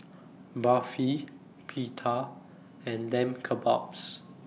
Barfi Pita and Lamb Kebabs